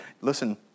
listen